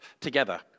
together